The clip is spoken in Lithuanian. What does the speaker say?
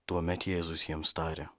tuomet jėzus jiems tarė